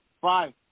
five